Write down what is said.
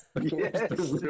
yes